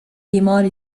imar